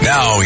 Now